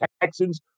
Texans